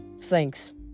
thanks